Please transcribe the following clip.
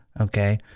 okay